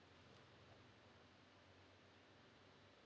uh